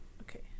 Okay